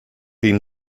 been